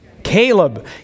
Caleb